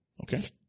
Okay